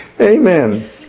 Amen